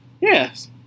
Yes